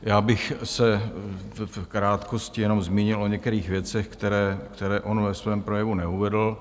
Já bych se v krátkosti jenom zmínil o některých věcech, které on ve svém projevu neuvedl.